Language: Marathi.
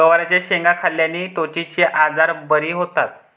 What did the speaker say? गवारच्या शेंगा खाल्ल्याने त्वचेचे आजार बरे होतात